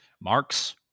marks